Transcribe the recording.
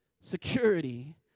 security